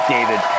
David